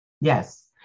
Yes